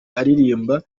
aririmba